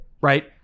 Right